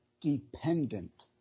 dependent